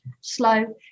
slow